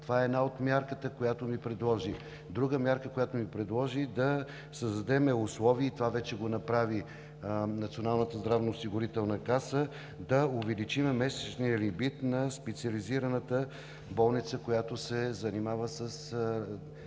Това е една от мерките, които ми предложи. Друга мярка, която ми предложи, е да създадем условия – и това вече го направи Националната здравноосигурителна каса – да увеличим месечния лимит на специализираната болница, която се занимава с